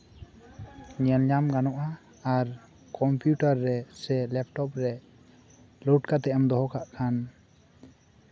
ᱧᱮᱞ ᱧᱟᱢ ᱜᱟᱱᱚᱜᱼᱟ ᱟᱨ ᱠᱚᱢᱯᱤᱭᱩᱴᱟᱨ ᱨᱮ ᱥᱮ ᱞᱮᱯᱴᱚᱯ ᱨᱮ ᱞᱳᱰ ᱠᱟᱛᱮ ᱮᱢ ᱫᱚᱦᱚ ᱠᱟᱜ ᱠᱷᱟᱱ